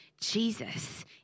Jesus